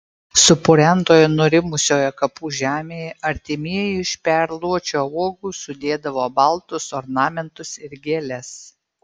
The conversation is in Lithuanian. supurentoje nurimusioje kapų žemėje artimieji iš perluočio uogų sudėdavo baltus ornamentus ir gėles